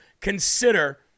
consider